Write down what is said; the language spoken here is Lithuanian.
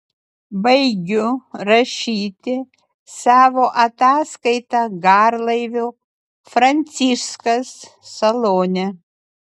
baigiu rašyti savo ataskaitą garlaivio franciskas salone